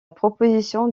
proposition